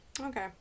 okay